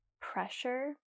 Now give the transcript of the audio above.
pressure